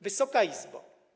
Wysoka Izbo!